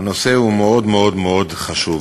הנושא הוא מאוד מאוד מאוד חשוב.